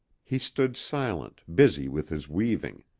he stood silent, busy with his weaving.